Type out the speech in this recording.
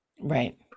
Right